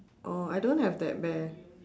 oh I don't have that bear